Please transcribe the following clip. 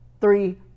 three